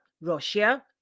Russia